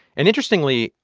and interestingly,